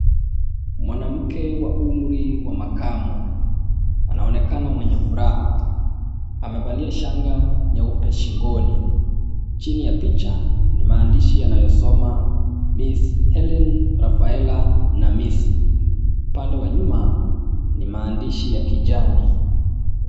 Mwanamke wa umri wa makamo anaonekana mwenye furaha. Amevalia shanga nyeupe shingoni. Chini ya picha ni maandishi yanayosoma miss Helene Rafaela Namisi. Upande wa nyuma ni maandishi ya kijani.